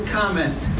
comment